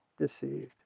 deceived